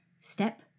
Step